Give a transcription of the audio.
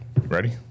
Ready